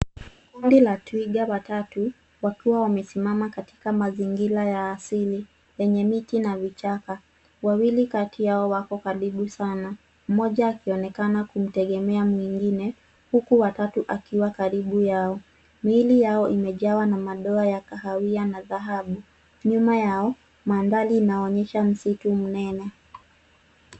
Kundi la twiga watatu wakiwa wamesimama katika mazingira ya asili yenye miti na vichaka. Wawili kati yao wako karibu sana, mmoja akionekana kumtegemea mwingine huku wa tatu akiwa karibu yao. Miili yao imejawa na madoa ya kahawia na dhahabu. Nyuma yao, mandhari inaonyesha msitu mnene.